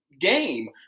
game